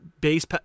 base